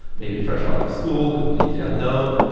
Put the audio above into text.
maybe fresh out of school, completely unknown,